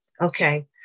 Okay